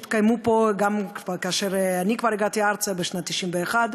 שהיו פה גם כאשר אני כבר הגעתי ארצה בשנת 1991,